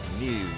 News